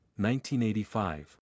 1985